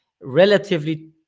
relatively